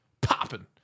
Popping